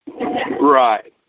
Right